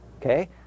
Okay